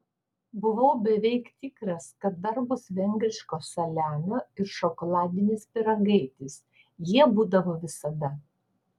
buvau beveik tikras kad dar bus vengriško saliamio ir šokoladinis pyragaitis jie būdavo visada